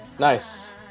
Nice